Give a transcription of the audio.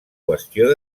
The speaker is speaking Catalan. qüestió